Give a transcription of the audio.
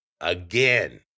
again